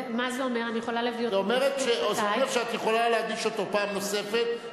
זה אומר שאת יכולה להגיש אותו פעם נוספת,